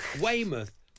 Weymouth